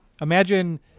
imagine